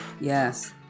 yes